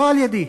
לא על-ידִי,